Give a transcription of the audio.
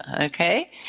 okay